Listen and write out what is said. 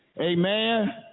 Amen